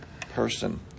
person